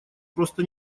просто